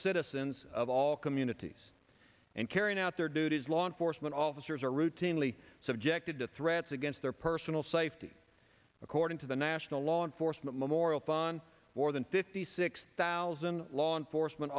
citizens of all communities and carrying out their duties law enforcement officers are routinely subjected to threats against their personal side fifty according to the national law enforcement memorial fund more than fifty six thousand law enforcement